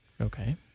Okay